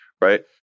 right